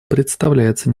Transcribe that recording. представляется